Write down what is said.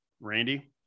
Randy